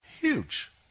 Huge